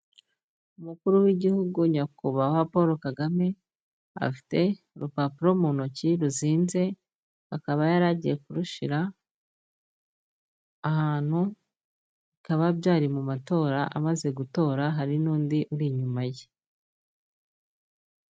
Umukuru w'igihugu nyakubahwa Paul KAGAME, afite urupapuro mu ntoki ruzinze, akaba yari agiye kurushyira ahantu, bikaba byari mu matora amaze gutora, hari n'undi uri inyuma ye.